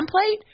template